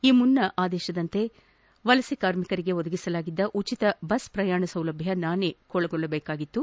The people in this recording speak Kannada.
ಈ ಮುನ್ನ ಆದೇಶದಂತೆ ವಲಸೆ ಕಾರ್ಮಿಕರಿಗೆ ಒದಗಿಸಲಾಗಿದ್ದ ಉಚಿತ ಬಸ್ ಪ್ರಯಾಣ ಸೌಲಭ್ಞ ನಾಳೆ ಕೊನೆಗೊಳ್ಳಬೇಕಿದ್ದು